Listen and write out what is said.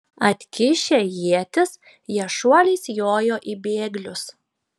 atkišę ietis jie šuoliais jojo į bėglius